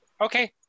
Okay